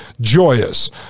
joyous